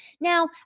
Now